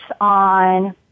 on